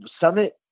summit